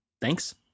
Thanks